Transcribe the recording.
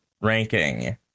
ranking